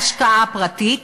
מההשקעה הפרטית,